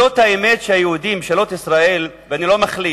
זאת האמת שהיהודים, ממשלות ישראל, ואני לא מכליל,